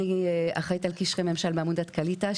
ואני אחראית על קשרי ממשל בעמותת קעליטה,